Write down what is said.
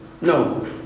No